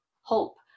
hope